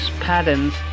patterns